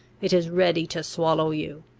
it is ready to swallow you.